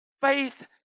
Faith